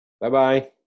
bye-bye